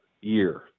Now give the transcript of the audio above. year